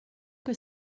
que